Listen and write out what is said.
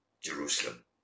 Jerusalem